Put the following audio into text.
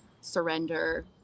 surrender